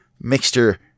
mixture